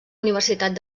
universitat